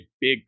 big